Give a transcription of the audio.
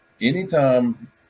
Anytime